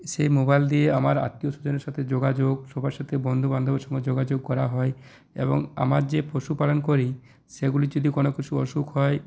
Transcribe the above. সেই মোবাইল দিয়ে আমার আত্মীয় স্বজনের সাথে যোগাযোগ সবার সাথে বন্ধু বান্ধবের সঙ্গে যোগাযোগ করা হয় এবং আমার যে পশুপালন করি সেগুলির যদি কোনও কিছু অসুখ হয়